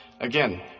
Again